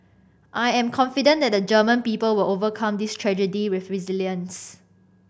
I am confident that the German people will overcome this tragedy with resilience